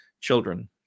children